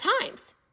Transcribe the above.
times